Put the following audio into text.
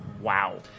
Wow